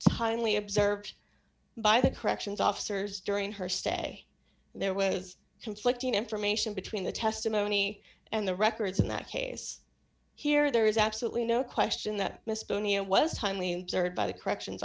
timely observed by the corrections officers during her stay there was conflicting information between the testimony and the records in that case here there is absolutely no question that miss bonior was finally heard by the corrections